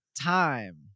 time